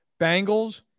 Bengals